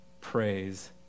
praise